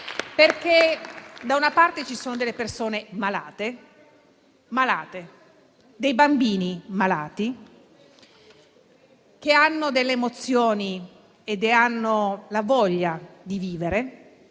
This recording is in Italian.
perché: ci sono delle persone malate, dei bambini malati che hanno delle emozioni ed hanno voglia di vivere,